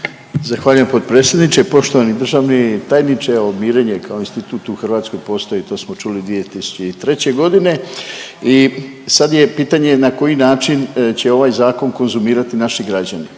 Zahvaljujem potpredsjedniče. Poštovani državni tajniče ovo mirenje kao institut u Hrvatskoj postoji to smo čuli 2003. godine. I sad je pitanje na koji način će ovaj zakon konzumirati naši građani?